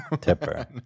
tipper